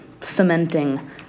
cementing